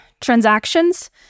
transactions